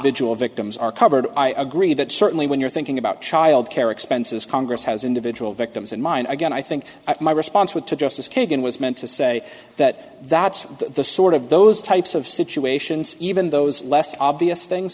individual victims are covered i agree that certainly when you're thinking about child care expenses congress has individual victims in mind again i think my response would to justice kagan was meant to say that that's the sort of those types of situations even those less obvious things